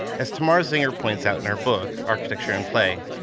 as tamar zinguer points out in her book architecture in play,